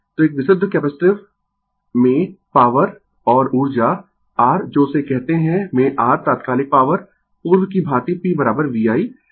तो एक विशुद्ध कैपेसिटिव में पॉवर और ऊर्जा r जो उसे कहते है में r तात्कालिक पॉवर पूर्व की भांति p v i